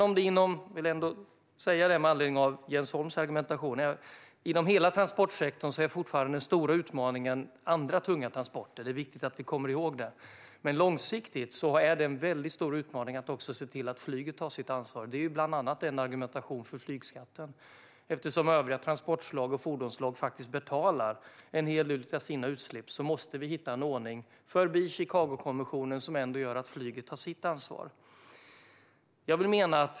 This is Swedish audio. Med anledning av Jens Holms argumentation vill jag ändå säga att inom hela transportsektorn är fortfarande andra tunga transporter den stora utmaningen. Det är viktigt att komma ihåg det. Men långsiktigt är det en väldigt stor utmaning att också flyget tar sitt ansvar. Bland annat detta är ett argument för flygskatten. Övriga transport och fordonsslag betalar ju faktiskt en hel del av sina utsläpp. Därför måste vi hitta en ordning som går förbi Chicagokonventionen och som gör att flyget tar sitt ansvar.